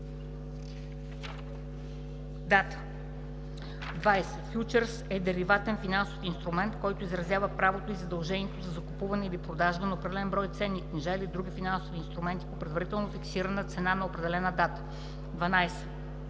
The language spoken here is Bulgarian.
дата. 20. „Фючърс” е деривативен финансов инструмент, който изразява правото и задължението за закупуване или продажба на определен брой ценни книжа или други финансови инструменти по предварително фиксирана цена на определена дата.” 12.